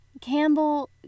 Campbell